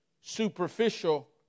superficial